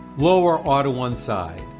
lower or to one side.